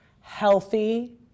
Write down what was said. healthy